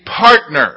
partner